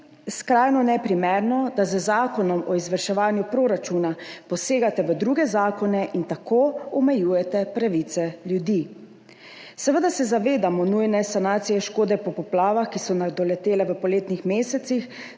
skrajno neprimerno, da z zakonom o izvrševanju proračuna posegate v druge zakone in tako omejujete pravice ljudi. Seveda se zavedamo nujne sanacije škode po poplavah, ki so nas doletele v poletnih mesecih,